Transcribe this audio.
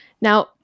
Now